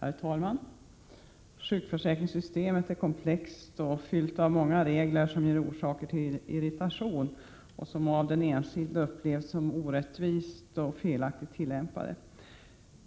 Herr talman! Sjukförsäkringssystemet är komplext och fyllt av många regler som ger orsaker till irritation och som av den enskilde upplevs som orättvist och felaktigt tillämpade.